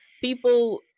people